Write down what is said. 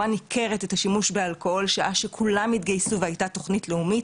ניכרת את השימוש באלכוהול שעה שכולם התגייסו והייתה תוכנית לאומית.